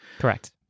Correct